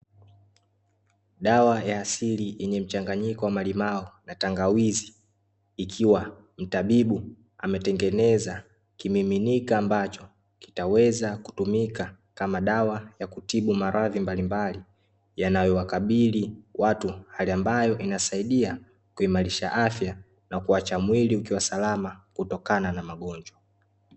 Dawa ya asili yenye mchanganyiko wa malimao na tangawizi, ikiwa mtabibu ametengeneza kimiminika ambacho kitaweza kutumika kama dawa ya kutibu maradhi mbalimbali yanayowakabili watu, hali ambayo inasaidia kuimarisha afya na kuacha mwili ukiwa salama kutokana na magonjwa.